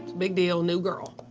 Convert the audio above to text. big deal. new girl.